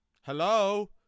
Hello